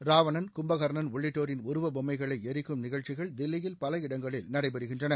ராவணன் கும்பகர்ணன் உள்ளிட்டோரின் உருவபொம்மைகளை எரிக்கும் நிகழ்ச்சிகள் தில்லியில் பல இடங்களில் நடைபெறுகின்றன